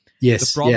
Yes